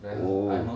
oh